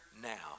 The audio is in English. now